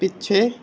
ਪਿੱਛੇ